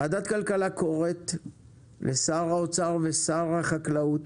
ועדת הכלכלה קוראת לשר האוצר ושר החקלאות,